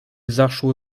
zaszło